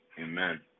amen